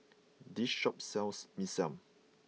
this shop sells Mee Siam